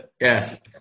Yes